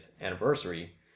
anniversary